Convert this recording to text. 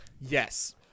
Yes